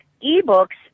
e-books